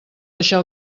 deixar